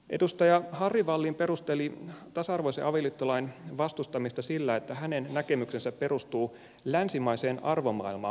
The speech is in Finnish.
edustaja harry wallin perusteli tasa arvoisen avioliittolain vastustamista sillä että hänen näkemyksensä perustuu länsimaiseen arvomaailmaan